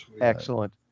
Excellent